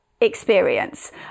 experience